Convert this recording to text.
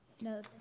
No